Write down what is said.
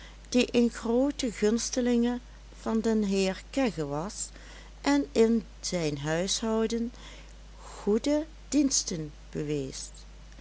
die een groote gunstelinge van den heer kegge was en in zijn huishouden goede diensten bewees